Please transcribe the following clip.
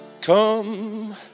Come